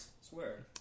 swear